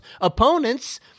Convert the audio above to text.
opponents